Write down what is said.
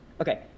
okay